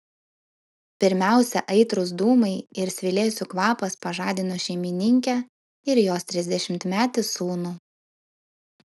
pirmiausia aitrūs dūmai ir svilėsių kvapas pažadino šeimininkę ir jos trisdešimtmetį sūnų